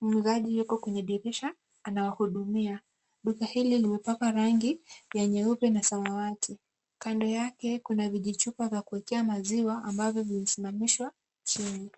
Muuzaji yuko kwenye dirisha anawahudumia. Duka hili limepakwa rangi ya nyeupe na samawati. Kando yake kuna vijichupa vya kuwekea maziwa ambavyo vimesimamishwa chini.